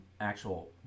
actual